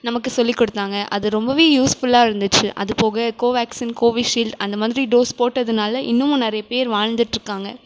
நமக்கு சொல்லிக்கொடுத்தாங்க அது ரொம்பவே யூஸ்ஃபுல்லாக இருந்துச்சு அதுப்போக கோவாக்சின் கோவிஷீல்டு அந்தமாதிரி டோஸ் போட்டதனால் இன்னமும் நிறையப்பேர் வாழ்ந்துட்டுருக்காங்க